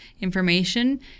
information